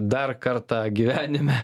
dar kartą gyvenime